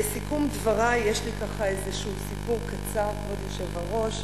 לסיכום דברי, יש לי סיפור קצר, כבוד היושב-ראש,